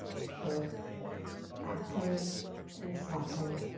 to both activate and soften